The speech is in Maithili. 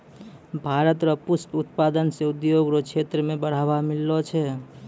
भारत रो पुष्प उत्पादन से उद्योग रो क्षेत्र मे बढ़ावा मिललो छै